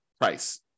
price